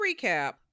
recap